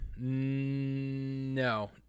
No